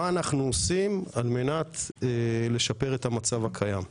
אנחנו עושים על מנת לשפר את המצב הקיים.